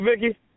vicky